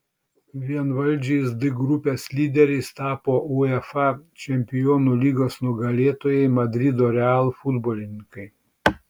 vienvaldžiais d grupės lyderiais tapo uefa čempionų lygos nugalėtojai madrido real futbolininkai